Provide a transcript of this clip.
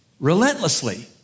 relentlessly